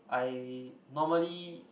I normally